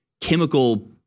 chemical